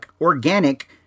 organic